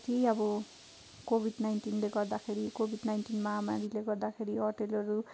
कति अब कोविड नाइन्टिनले गर्दाखेरि कोविड नाइन्टिन महामारीले गर्दाखेरि होटलहरू